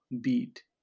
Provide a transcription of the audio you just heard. beat